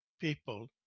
people